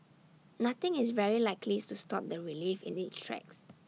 nothing is very likely to stop the relief in its tracks